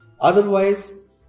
otherwise